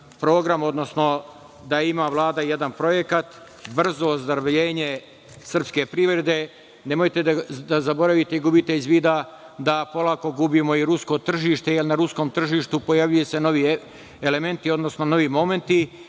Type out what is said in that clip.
program, odnosno da ima Vlada jedan projekat – brzo ozdravljenje srpske privrede. Nemojte da zaboravite i gubite iz vida da polako gubimo i rusko tržište jer na ruskom tržištu pojavljuju se novi momenti, kada i Rusija